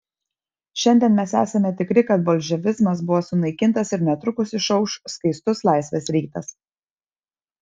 šiandien mes esame tikri kad bolševizmas bus sunaikintas ir netrukus išauš skaistus laisvės rytas